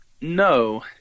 No